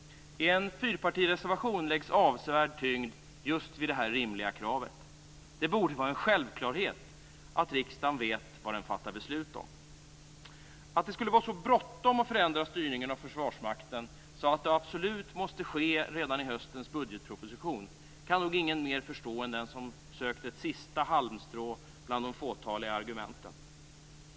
I en fyrpartireservation läggs avsevärd tyngd vid just detta rimliga krav. Det borde vara en självklarhet att riksdagen vet vad den fattar beslut om. Att det skulle vara så bråttom att förändra styrningen av Försvarsmakten att det absolut måste ske redan i samband med höstens budgetproposition kan nog ingen annan förstå än den som sökt ett sista halmstrå bland de fåtaliga argumenten.